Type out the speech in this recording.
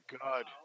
god